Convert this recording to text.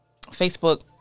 Facebook